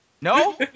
No